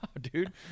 dude